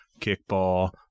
kickball